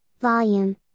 volume